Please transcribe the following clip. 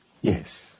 Yes